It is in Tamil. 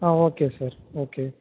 ah okay sir okay